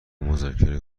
مذاکره